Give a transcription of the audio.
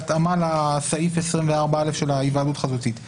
יכול להתקיים בהיוועדות חזותית רק בהינתן הסכמה של הצדדים,